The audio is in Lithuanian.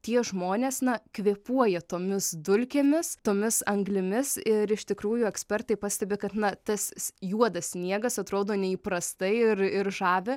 tie žmonės na kvėpuoja tomis dulkėmis tomis anglimis ir iš tikrųjų ekspertai pastebi kad na tas juodas sniegas atrodo neįprastai ir ir žavi